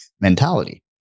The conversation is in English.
mentality